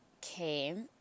came